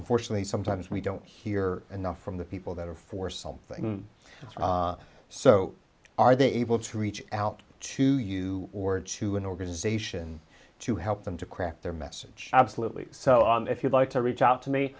it fortunately sometimes we don't hear enough from the people that are for something so are they able to reach out to you or to an organization to help them to craft their message absolutely so if you'd like to reach out to me